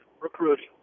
recruiting